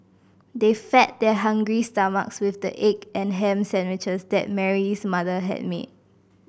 they fed their hungry stomachs with the egg and ham sandwiches that Mary's mother had made